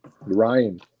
ryan